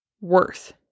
worth